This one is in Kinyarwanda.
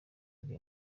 ari